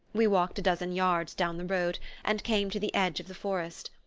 we walked a dozen yards down the road and came to the edge of the forest.